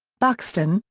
buxton,